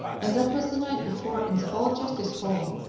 and that was the night before in the old justice hall,